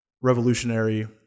revolutionary